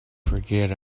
forget